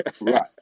Right